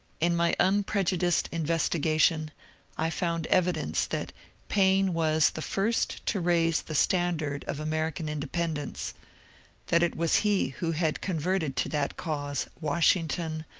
in my unprejudiced investigation i found evidence that paine was the first to raise the standard of american independence that it was he who had converted to that cause washington,